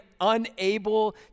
unable